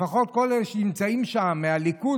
לפחות כל אלה מהליכוד שנמצאים שם בתוך